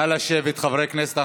נא לשבת, חברי הכנסת.